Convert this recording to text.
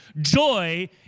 Joy